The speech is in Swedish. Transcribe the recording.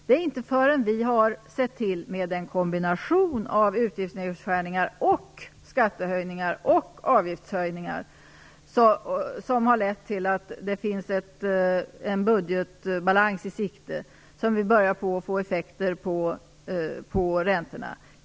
Det är inte förrän vi genom en kombination av utgiftsnedskärningar, skattehöjningar och avgiftshöjningar har sett till att en budgetbalans finns i sikte som vi nu börjar få effekter på räntorna.